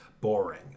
boring